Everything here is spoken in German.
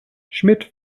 schmidt